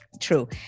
true